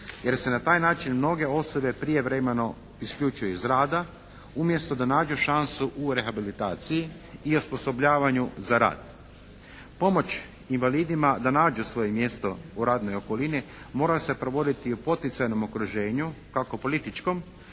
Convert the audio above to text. jer se na taj način mnoge osobe prijevremeno isključuju iz rada, umjesto da nađu šansu u rehabilitaciji i osposobljavanju za rad. Pomoć invalidima da nađu svoje mjesto u radnoj okolini moraju se provodi u poticajnom okruženju kako političkom